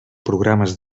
programes